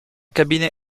cabinet